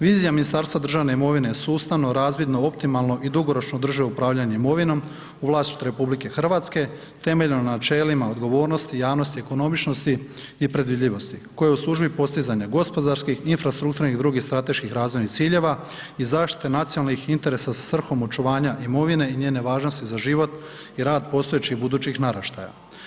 Vizija Ministarstva državne imovine sustavno, razvidno, optimalno i dugoročno drži upravljanje imovinom u vlasništvu RH temeljem na načelima odgovornosti, javnosti, ekonomičnosti i predvidljivosti koja je u službi postizanja gospodarskih, infrastrukturnih i drugih strateških razvojnih ciljeva i zaštite nacionalnih interesa sa svrhom očuvanja imovine i njene važnosti za život i rad postojećih i budućih naraštaja.